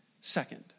second